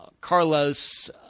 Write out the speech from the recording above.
Carlos